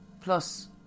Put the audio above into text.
Plus